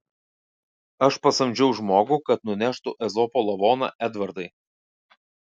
aš pasamdžiau žmogų kad nuneštų ezopo lavoną edvardai